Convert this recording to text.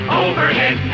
overhead